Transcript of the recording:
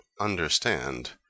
understand